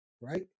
right